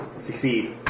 Succeed